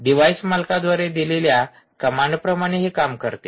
device मालकाद्वारे दिलेल्या command प्रमाणे हे कार्य करते